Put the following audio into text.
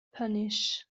punish